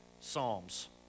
psalms